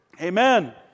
amen